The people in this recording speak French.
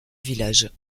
village